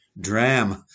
dram